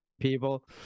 people